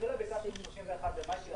מלכתחילה ביקשנו 31 במאי.